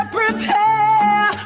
prepare